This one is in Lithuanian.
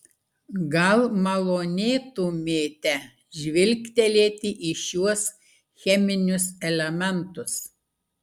gal malonėtumėte žvilgtelėti į šiuos cheminius elementus